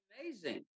amazing